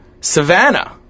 Savannah